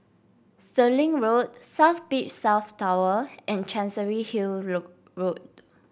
Stirling Road South Beach South Tower and Chancery Hill Road